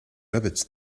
rabbits